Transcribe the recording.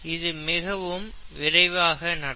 இது மிகவும் விரைவாக நடக்கும்